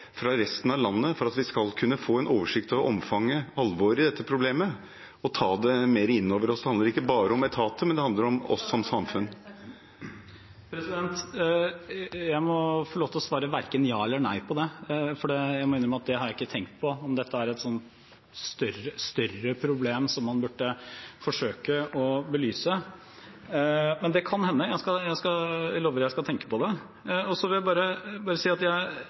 fra resten av landet for at vi skal kunne få en oversikt over omfanget, alvoret i dette problemet, og ta det mer innover oss? Det handler ikke bare om etater, det handler også om oss som samfunn. Jeg må få lov til å svare verken ja eller nei på det, for jeg må innrømme at jeg ikke har tenkt på om dette er et større problem som man burde forsøke å belyse. Men det kan hende, jeg lover at jeg skal tenke på det. Så vil jeg bare si at jeg